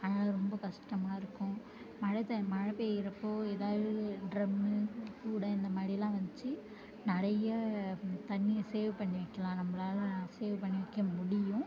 அதனால் ரொம்ப கஷ்டமாக இருக்கும் மழை மழை பெய்கிறப்போ எதாவது டிரம்மு கூடை இந்த மாதிரில்லாம் வச்சு நிறைய தண்ணியை சேவ் பண்ணி வைக்கிலாம் நம்மளால சேவ் பண்ணி வைக்க முடியும்